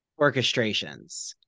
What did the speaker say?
orchestrations